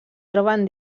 troben